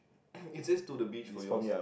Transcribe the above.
is it to the beach for yous